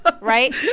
Right